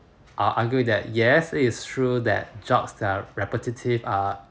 I argue that yes it is true that jobs that are repetitive are